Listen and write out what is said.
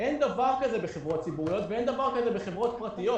אין דבר כזה בחברות ציבוריות ואין דבר כזה בחברות פרטיות.